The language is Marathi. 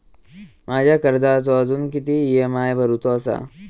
माझ्या कर्जाचो अजून किती ई.एम.आय भरूचो असा?